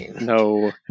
No